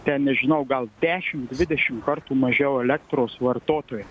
ten nežinau gal dešim dvidešim kartų mažiau elektros vartotojų